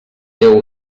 déu